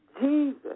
Jesus